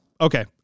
Okay